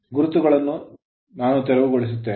ಗುರುತುಗಳನ್ನು ನಾನು ತೆರವುಗೊಳಿಸುತ್ತೇನೆ